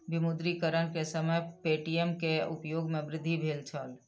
विमुद्रीकरण के समय पे.टी.एम के उपयोग में वृद्धि भेल छल